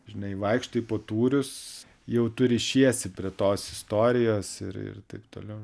žinai vaikštai po tūrius jau tu rišiesi prie tos istorijos ir ir taip toliau